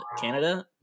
Canada